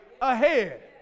ahead